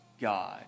God